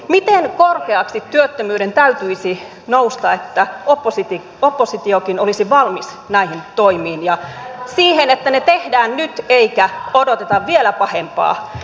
miten korkeaksi työttömyyden täytyisi nousta että oppositiokin olisi valmis näihin toimiin ja siihen että ne tehdään nyt eikä odoteta vielä pahempaa tilannetta